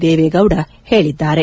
ದೇವೇಗೌಡ ಹೇಳಿದ್ದಾರೆ